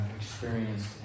experienced